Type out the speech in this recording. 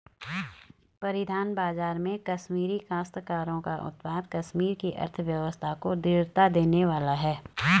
परिधान बाजार में कश्मीरी काश्तकारों का उत्पाद कश्मीर की अर्थव्यवस्था को दृढ़ता देने वाला है